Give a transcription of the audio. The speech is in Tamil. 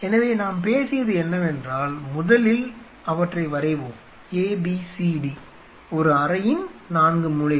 எனவே நாம் பேசியது என்னவென்றால் முதலில் அவற்றை வரைவோம் A B C D ஒரு அறையின் 4 மூலைகள்